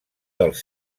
dels